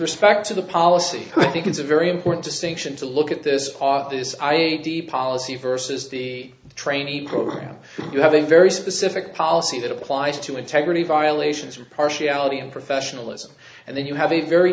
respect to the policy i think it's a very important distinction to look at this this i d policy versus the trainee program you have a very specific policy that applies to integrity violations or partiality and professionalism and then you have a very